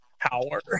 power